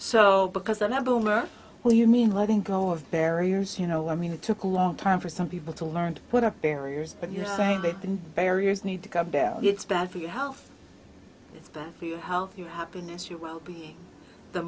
so because i never will you mean letting go of barriers you know i mean it took a long time for some people to learn to put up barriers and barriers need to come back it's bad for your health it's bad for you health you happiness your wellbeing the